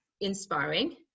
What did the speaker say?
inspiring